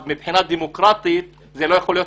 מבחינה דמוקרטית זה לא יכול להיות,